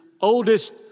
oldest